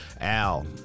al